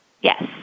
Yes